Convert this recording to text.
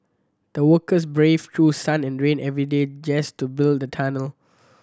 the workers braved through sun and rain every day just to build the tunnel